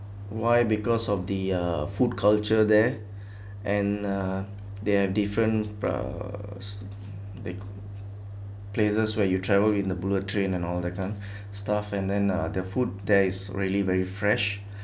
why because of the uh food culture there and uh they have different the places where you travel in the bullet train and all that kind of stuff and then uh the food there is really very fresh